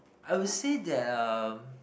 I would say that um